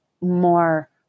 more